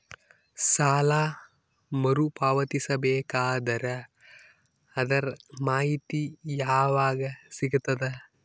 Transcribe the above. ಸಾಲ ಮರು ಪಾವತಿಸಬೇಕಾದರ ಅದರ್ ಮಾಹಿತಿ ಯವಾಗ ಸಿಗತದ?